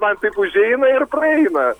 man taip užeina ir praeina